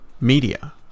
media